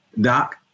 Doc